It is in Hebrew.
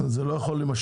אבל זה לא יכול להימשך.